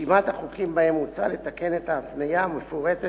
רשימת החוקים שבהם מוצע לתקן את ההפניה מפורטת